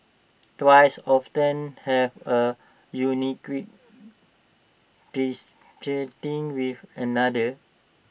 twins often have A unique with another